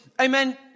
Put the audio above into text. Amen